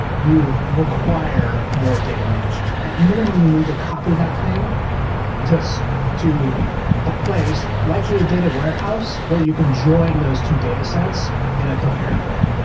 you require more data management. at minimum, you need to copy that thing just so to a place, likely a data warehouse where you can join those two datasets in a coherent way.